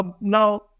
Now